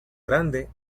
grande